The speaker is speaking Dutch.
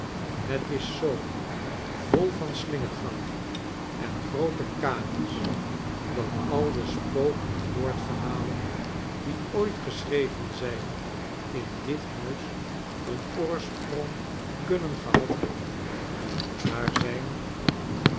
het is zoo vol van slingergangen en groote kamers dat al de spook en moord verhalen die ooit geschreven zijn in dit huis hun oorsprong kunnen gehad hebben daar zijn